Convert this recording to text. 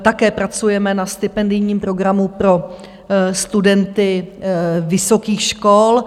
Také pracujeme na stipendijním programu pro studenty vysokých škol.